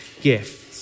gifts